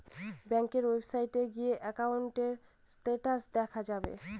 ব্যাঙ্কের ওয়েবসাইটে গিয়ে একাউন্টের স্টেটাস দেখা যাবে